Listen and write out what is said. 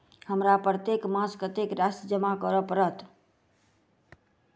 हमरा प्रत्येक मास कत्तेक राशि जमा करऽ पड़त?